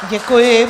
Děkuji.